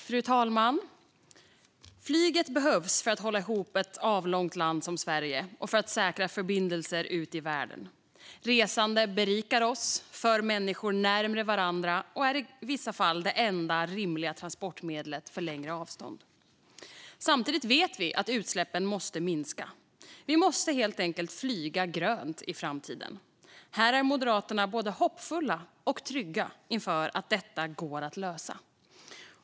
Fru talman! Flyget behövs för att hålla ihop ett avlångt land som Sverige och för att säkra förbindelser ut i världen. Resande berikar oss, för människor närmare varandra och är i vissa fall det enda rimliga transportmedlet för längre avstånd. Samtidigt vet vi att utsläppen måste minska. Vi måste helt enkelt flyga grönt i framtiden. Här är Moderaterna både hoppfulla och trygga inför att detta går att lösa.